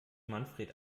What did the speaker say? manfred